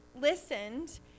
listened